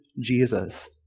Jesus